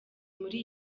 muri